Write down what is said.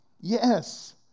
Yes